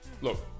Look